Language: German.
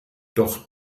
doch